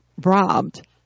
robbed